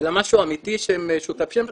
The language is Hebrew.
אלא משהו אמיתי שהם שותפים שם,